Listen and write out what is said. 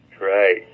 Right